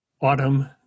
Autumn